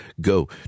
go